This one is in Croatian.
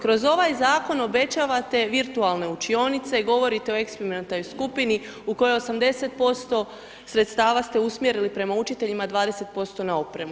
Kroz ovaj Zakon obećavate virtualne učionice, govorite o eksperimentalnoj skupini u kojoj 80% sredstava ste usmjerili prema učiteljima, 20% na opremu.